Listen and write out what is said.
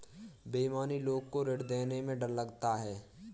बेईमान लोग को ऋण देने में डर लगता है